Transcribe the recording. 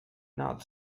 not